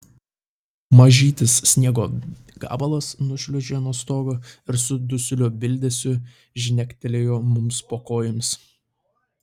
mažytis sniego gabalas nušliuožė nuo stogo ir su dusliu bildesiu žnektelėjo mums po kojomis